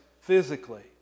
physically